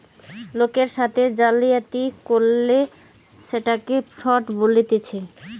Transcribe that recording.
লোকের সাথে জালিয়াতি করলে সেটকে ফ্রড বলতিছে